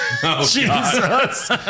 Jesus